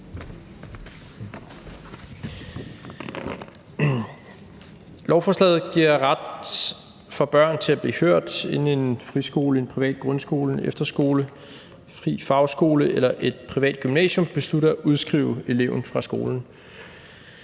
Lovforslaget giver børn ret til at blive hørt, inden en friskole, en privat grundskole, en efterskole, en fri fagskole eller et privat gymnasium beslutter at udskrive eleven fra skolen.